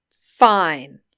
fine